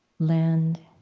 land